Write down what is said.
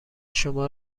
شما